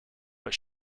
but